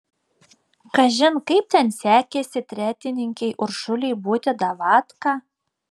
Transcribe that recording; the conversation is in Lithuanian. kažin kaip ten sekėsi tretininkei uršulei būti davatka